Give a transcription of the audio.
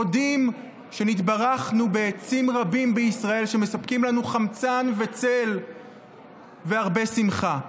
מודים שנתברכנו בעצים רבים בישראל שמספקים לנו חמצן וצל והרבה שמחה.